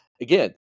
again